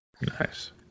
Nice